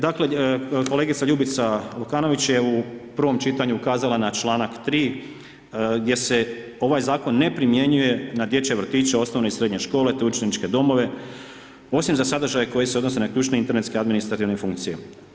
Dakle, kolegica Ljubica Lukanović je u prvom čitanju ukazala na čl. 3 gdje se ovaj zakon ne primjenjuje na dječje vrtiće, osnovne i srednje škole te učeničke domove, osim za sadržaje koji se odnose na ključne internetske i administrativne funkcije.